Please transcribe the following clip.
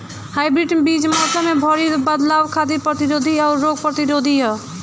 hybrid बीज मौसम में भारी बदलाव खातिर प्रतिरोधी आउर रोग प्रतिरोधी ह